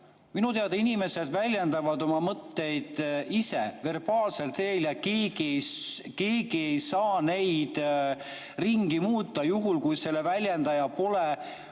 Minu teada inimesed väljendavad oma mõtteid ise verbaalsel teel ja keegi ei saa neid ringi muuta juhul, kui selle väljendaja pole oma